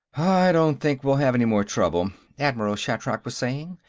i don't think we'll have any more trouble, admiral shatrak was saying.